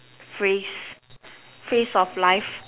phrase phrase of life